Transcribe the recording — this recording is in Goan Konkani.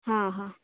हां हां